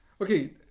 Okay